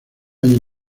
años